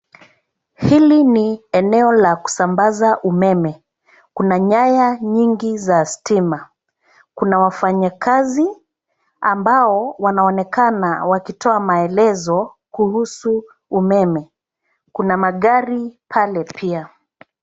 Hili ni eneo la kusambaza umeme. Kuna nyaya nyingi za stima. Kuna wafanyakazi ambao wanaonekana wakitoa maelezo kuhusu umeme. Kuna magari pale pia.